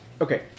Okay